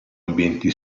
ambienti